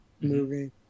movie